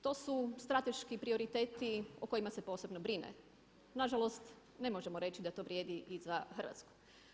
To su strateški prioriteti o kojima se posebno brine, nažalost ne možemo reći da to vrijedi i za Hrvatsku.